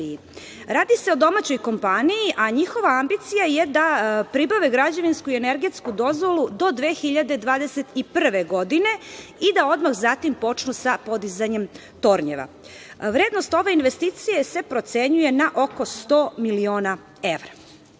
radi se o domaćoj kompaniji, a njihova ambicija je da pribave građevinsku i energetsku dozvolu do 2021. godine i da odmah zatim počnu sa podizanjem tornjeva. Vrednost ove investicije se procenjuje na oko 100 miliona